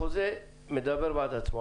החוזה מדבר בעד עצמו.